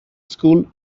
school